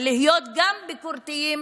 ולהיות גם ביקורתיים